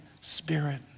spirit